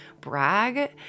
brag